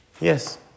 Yes